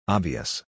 Obvious